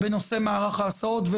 ונושא מערך ההסעות.